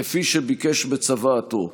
כפי שביקש בצוואתו.